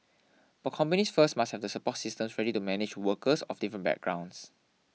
but companies first must have the support systems ready to manage workers of different backgrounds